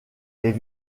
est